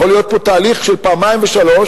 יכול להיות פה תהליך של פעמיים ושלוש,